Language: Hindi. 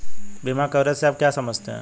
बीमा कवरेज से आप क्या समझते हैं?